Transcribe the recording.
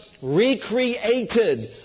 recreated